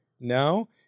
now